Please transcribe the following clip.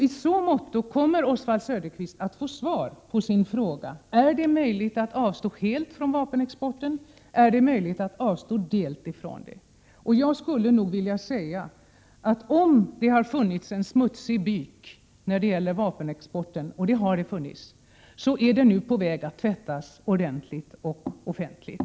I så måtto kommer Oswald Söderqvist att få svar på sin fråga om det är möjligt att helt eller delvis avstå från vapenexport. Jag vill säga att om det funnits en smutsig byk när det gäller vapenexporten — och det har det — så är den nu på väg att tvättas ordentligt och offentligt.